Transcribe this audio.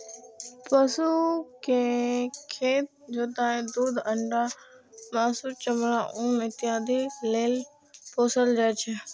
पशु कें खेत जोतय, दूध, अंडा, मासु, चमड़ा, ऊन इत्यादि लेल पोसल जाइ छै